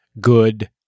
good